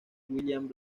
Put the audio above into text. william